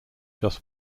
just